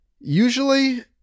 Usually